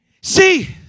See